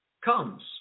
Comes